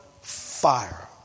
fire